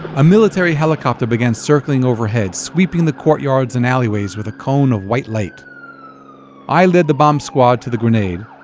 a military helicopter began circling overhead, sweeping the courtyards and alleyways with a cone of white light i led the bomb squad to the grenade,